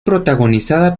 protagonizada